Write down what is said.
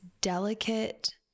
delicate